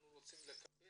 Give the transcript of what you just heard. אנחנו רוצים לדעת